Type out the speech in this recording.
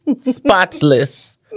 spotless